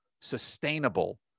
sustainable